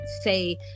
say